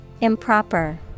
improper